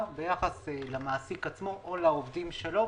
ביחס למעסיק עצמו או לעובדים שלו,